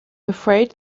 afraid